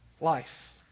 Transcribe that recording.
life